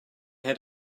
had